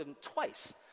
twice